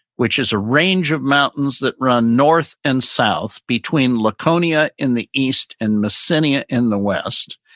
which is a range of mountains that run north and south between laconia in the east and messina in the west.